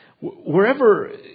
Wherever